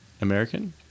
American